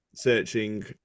searching